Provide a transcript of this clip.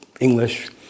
English